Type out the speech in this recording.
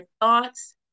thoughts